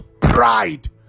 pride